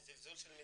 זה זלזול של המשרד.